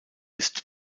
ist